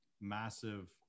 massive